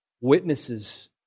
witnesses